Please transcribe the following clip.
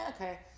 okay